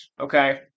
okay